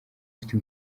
ufite